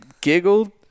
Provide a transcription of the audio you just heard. giggled